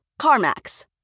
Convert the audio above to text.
CarMax